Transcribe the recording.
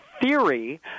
theory